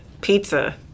pizza